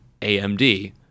AMD